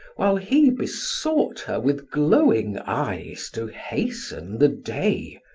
while he besought her with glowing eyes to hasten the day.